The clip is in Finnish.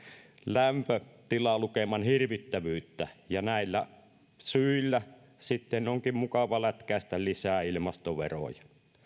lämpötilalukeman hirvittävyyttä ja näillä syillä sitten onkin mukava lätkäistä lisää ilmastoveroja